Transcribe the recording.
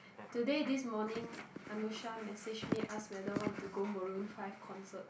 today this morning Anusha message me ask whether want to go Maroon five concert